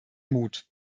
mut